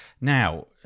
Now